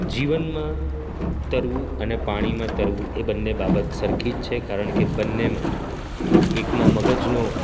જીવનમાં તરવું અને પાણીમાં તરવું એ બંને બાબત સરખી જ છે કારણ કે બંનેમાં એકમાં મગજનો